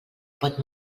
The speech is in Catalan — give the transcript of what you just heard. pot